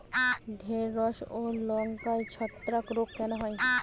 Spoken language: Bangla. ঢ্যেড়স ও লঙ্কায় ছত্রাক রোগ কেন হয়?